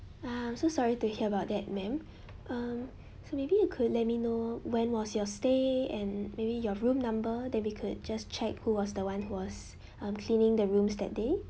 ah I'm so sorry to hear about that ma'am um so maybe you could let me know when was your stay and maybe your room number then we could just check who was the one who was um cleaning the rooms that day